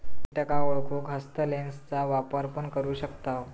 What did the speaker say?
किटांका ओळखूक हस्तलेंसचा वापर पण करू शकताव